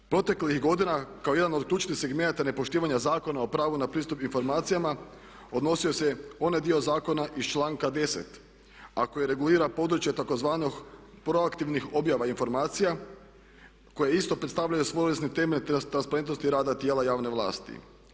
Proteklih godina kao jedan od ključnih segmenata nepoštivanja Zakona o pravu na pristup informacijama odnosio se onaj dio zakona iz članka 10. a koje regulira područje tzv. pro aktivnih objava informacija koje isto predstavljaju … temelj transparentnosti rada tijela javne vlasti.